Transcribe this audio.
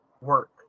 work